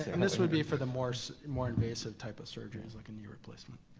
and this would be for the more so and more invasive type of surgeries, like a knee replacement.